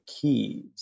keys